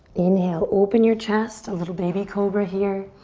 inhale, open your chest, a little baby cobra here.